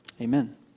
Amen